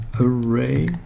array